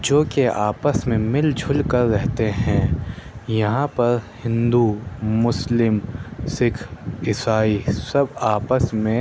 جو کہ آپس میں مل جل کر رہتے ہیں یہاں پر ہندو مسلم سکھ عیسائی سب آپس میں